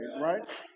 Right